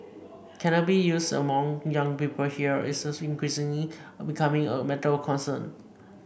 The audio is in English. cannabis use among young people here is increasingly becoming a matter for concern